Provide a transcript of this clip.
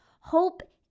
hope